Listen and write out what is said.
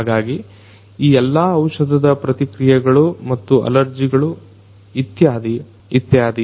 ಹಾಗಾಗಿ ಈ ಎಲ್ಲಾ ಔಷಧದ ಪ್ರತಿಕ್ರೀಯೆಗಳು ಮತ್ತು ಅಲರ್ಜಿಗಳು ಇತ್ಯಾದಿ ಇತ್ಯಾದಿ